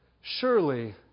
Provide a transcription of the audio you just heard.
Surely